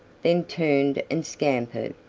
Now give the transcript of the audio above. then turned and scampered,